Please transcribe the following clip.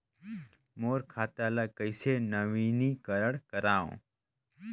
मोर खाता ल कइसे नवीनीकरण कराओ?